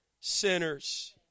sinners